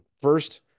First